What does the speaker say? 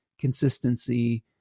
consistency